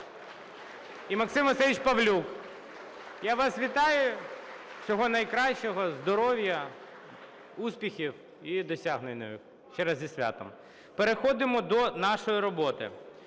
і Максим Васильович Павлюк. Я вас вітаю! Всього найкращого, здоров'я, успіхів і досягнень! Ще раз зі святом! (Оплески) Переходимо до нашої роботи.